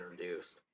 introduced